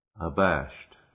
abashed